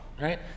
right